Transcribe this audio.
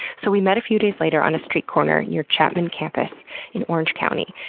so we met a few days later on a street corner near chapman campus in orange county,